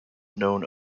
known